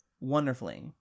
wonderfully